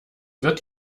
wird